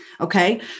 Okay